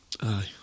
Aye